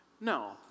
No